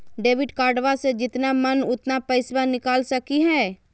Debit कार्डबा से जितना मन उतना पेसबा निकाल सकी हय?